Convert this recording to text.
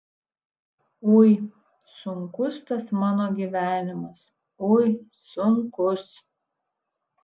ui sunkus tas mano gyvenimas ui sunkus